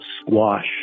squash